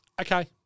Okay